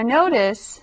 notice